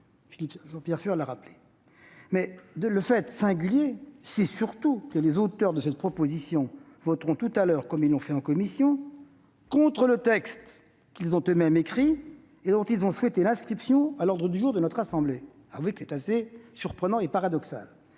fois que cela se produit. Néanmoins, ce qui est singulier, c'est surtout que les auteurs de cette proposition de loi voteront tout à l'heure, comme ils l'ont fait en commission, contre le texte qu'ils ont eux-mêmes écrit et dont ils ont souhaité l'inscription à l'ordre du jour de notre assemblée. Avouez que c'est assez surprenant et paradoxal